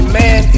man